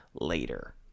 later